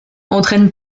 entraîne